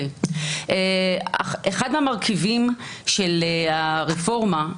אחד מהמרכיבים של הרפורמה,